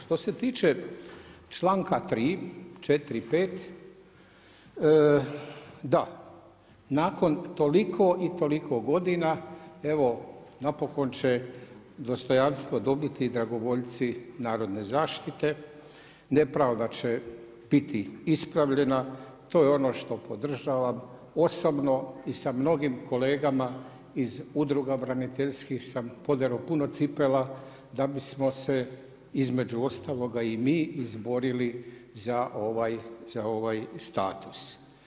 Što se tiče čl.3., 4. 5. da, nakon toliko i toliko godina, evo, napokon će dostojanstvo dobiti dragovoljci narodne zaštite, nepravda će biti ispravljena, to je ono što podržavam, osobno i sa mnogim kolegama iz udruga braniteljskih sam poderao puno cipela, da bismo se između ostaloga i mi izborili za ovaj status.